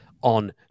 on